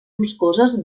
boscoses